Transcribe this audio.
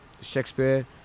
Shakespeare